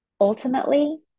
Ultimately